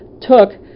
took